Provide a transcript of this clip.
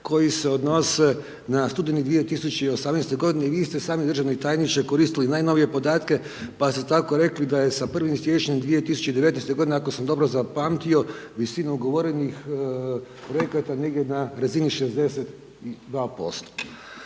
koji se odnose na studeni 2018. godine, i vi ste sami državni tajniče koristili najnovije podatke pa ste tako rekli da je sa 1. siječnjem 2019. godine, ako sam dobro zapamtio, visinu ugovorenih projekata negdje na razini 62%.